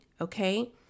okay